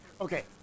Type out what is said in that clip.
Okay